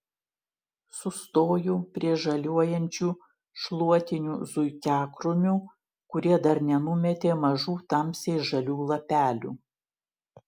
sustoju prie žaliuojančių šluotinių zuikiakrūmių kurie dar nenumetė mažų tamsiai žalių lapelių